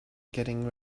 getting